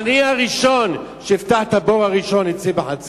אני הראשון שיפתח את הבור הראשון בחצר,